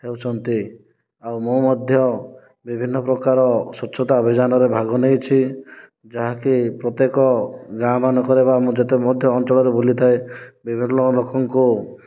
ହେଉଛନ୍ତି ଆଉ ମୁଁ ମଧ୍ୟ ବିଭିନ୍ନ ପ୍ରକାର ସ୍ଵଚ୍ଛତା ଅଭିଯାନରେ ଭାଗ ନେଇଛି ଯାହାକି ପ୍ରତ୍ୟକ ଗାଁମାନଙ୍କରେ ବା ମୁଁ ଯେତେ ଅଞ୍ଚଳରେ ମଧ୍ୟ ବୁଲିଥାଏ ବିଭିନ୍ନ ଲୋକଙ୍କୁ